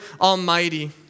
Almighty